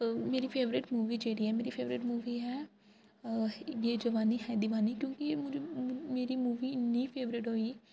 मेरी favourite movie जेह्ड़ी ऐ मेरी फेवरेट मूवी ऐ यह जवानी है दीवानी क्योंकि एह् मेरी मूवी इ'न्नी फेवरेट होई